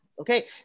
okay